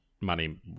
money